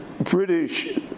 British